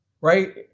Right